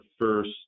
first